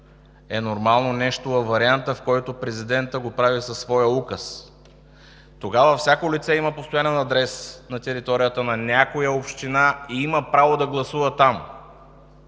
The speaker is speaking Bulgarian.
нормално във варианта, в който президентът го прави със своя указ. Тогава всяко лице има постоянен адрес на територията на някоя община и има право да гласува там